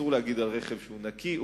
אסור להגיד על רכב שהוא נקי,